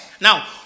Now